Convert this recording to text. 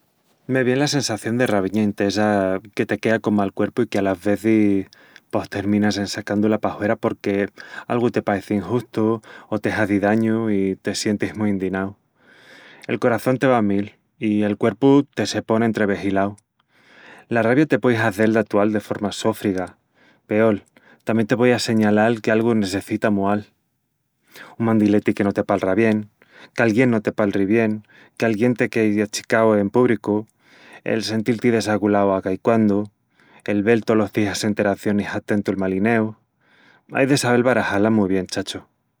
Me vien la sensación de raviña intesa que te quea con mal cuerpu i que alas vezis... pos... terminas en sacandu-la pahuera porque algu te paeci injustu o te hazi dañu i te sientis mu indinau... El coraçón te va a mil i el cuerpu te se pon entrebejilau. La ravia te puei hazel d'atual de horma sófriga, peol, tamién te puei asseñalal que algu nessecita mual. Un mandileti que no te palra bien, qu'alguién no te palri bien, qu'alguién te quei achicau en púbricu, el sentil-ti desaculau a caiquandu, el vel tolos días enteracionis a tentu'l malineu... Ai de sabel barajá-la mu bien, chacho...